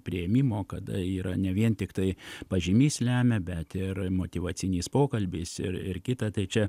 priėmimo kada yra ne vien tiktai pažymys lemia bet ir motyvacinis pokalbis ir ir kita tai čia